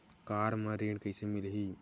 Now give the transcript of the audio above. Car म ऋण कइसे मिलही?